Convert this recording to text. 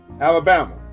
Alabama